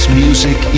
music